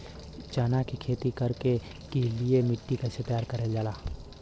चना की खेती कर के लिए मिट्टी कैसे तैयार करें जाला?